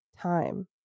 time